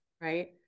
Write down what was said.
Right